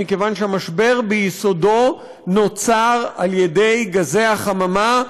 מכיוון שהמשבר ביסודו נוצר על ידי גזי החממה,